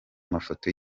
mafoto